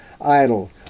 idle